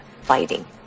fighting